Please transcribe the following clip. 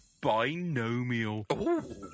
Binomial